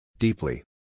Deeply